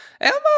Elmo